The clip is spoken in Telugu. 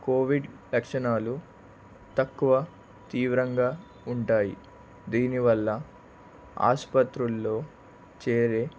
కోవిడ్ లక్షణాలు తక్కువ తీవ్రంగా ఉంటాయి దీనివల్ల ఆసుపత్రులలో చేరే